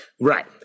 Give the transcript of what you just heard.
Right